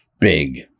Big